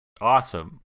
Awesome